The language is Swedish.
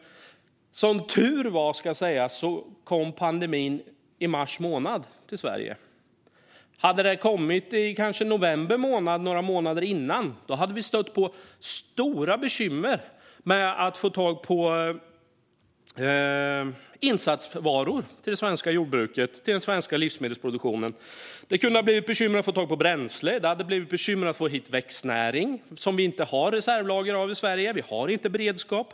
Som tur var, ska sägas, kom pandemin till Sverige i mars månad. Hade den kommit några månader tidigare, kanske i november månad, hade vi stött på stora bekymmer med att få tag på insatsvaror till det svenska jordbruket och den svenska livsmedelsproduktionen. Det kunde ha blivit bekymmer att få tag på bränsle, och det hade blivit bekymmer att få hit växtnäring - som vi inte har något reservlager av i Sverige. Vi har inte den beredskapen.